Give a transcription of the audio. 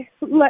let